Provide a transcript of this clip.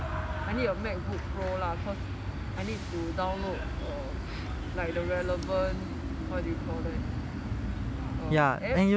I need your macbook pro lah cause I need to download like the relevant what do you call that err apps